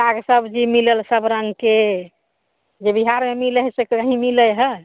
साग सब्जी मिलल सबरङ्गके जे बिहारमे मिलै हइ से कहीँ मिलै हइ